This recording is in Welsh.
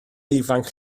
ifanc